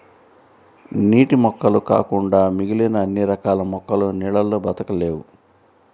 నీటి మొక్కలు కాకుండా మిగిలిన అన్ని రకాల మొక్కలు నీళ్ళల్లో బ్రతకలేవు